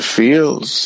feels